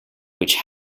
which